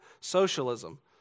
socialism